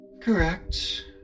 Correct